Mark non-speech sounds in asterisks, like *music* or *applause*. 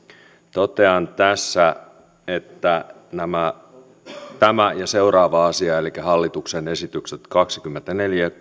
totean tässä että tämä ja seuraava asia elikkä hallituksen esitykset kaksikymmentäneljä *unintelligible*